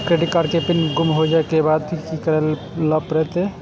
Credit card के pin गुम होय के बाद की करै ल परतै?